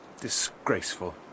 Disgraceful